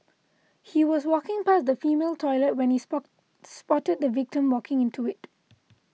he was walking past the female toilet when he spot spotted the victim walking into it